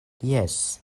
jes